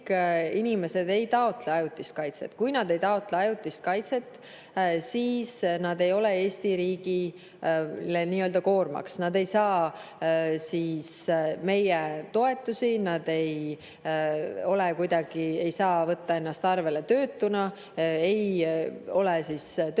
inimesed ei taotle ajutist kaitset. Kui nad ei taotle ajutist kaitset, siis nad ei ole Eesti riigile nii-öelda koormaks. Nad ei saa siis meie toetusi, nad ei saa võtta ennast arvele töötuna, ei ole siis töötamise